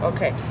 Okay